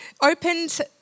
opened